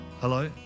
Hello